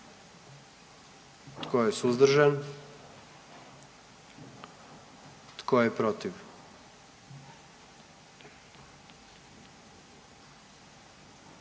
Tko je suzdržan? I tko je protiv?